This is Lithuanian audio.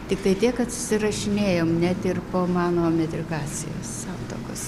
tiktai tiek kad susirašinėjom net ir po mano metrikacijos santuokos